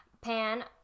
Pan